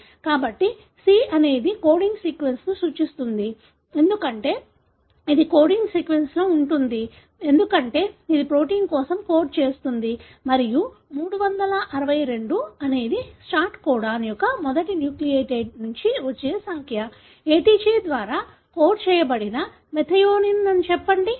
కాబట్టి c అనేది coding సీక్వెన్స్ని సూచిస్తుంది ఎందుకంటే ఇది కోడింగ్ సీక్వెన్స్లో ఉంటుంది ఎందుకంటే ఇది ప్రోటీన్ కోసం కోడ్ చేస్తుంది మరియు 362 అనేది స్టార్ట్ కోడాన్ యొక్క మొదటి న్యూక్లియోటైడ్ నుండి వచ్చే సంఖ్య ATG ద్వారా కోడ్ చేయబడిన మెథియోనిన్ చెప్పండి